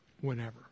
whenever